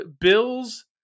Bills